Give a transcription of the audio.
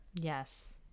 Yes